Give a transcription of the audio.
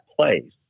place